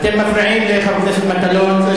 אתם מפריעים לחבר הכנסת מטלון.